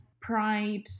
pride